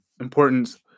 importance